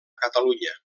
catalunya